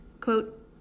quote